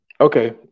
Okay